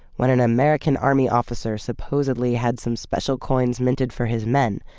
when an american army officer supposedly had some special coins minted for his men.